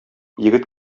егет